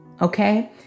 Okay